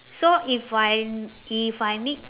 so if I if I need